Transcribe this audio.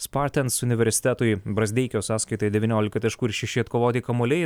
spartens universitetui brazdeikio sąskaitoj devyniolika taškų ir šeši atkovoti kamuoliai